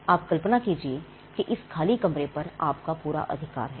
आप कल्पना कीजिए कि इस खाली कमरे पर आपका पूरा अधिकार है